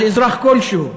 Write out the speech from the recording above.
על אזרח כלשהו.